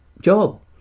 job